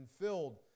filled